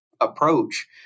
approach